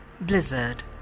Blizzard